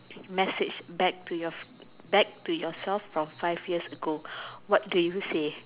message back to your back to yourself from five years ago what do you say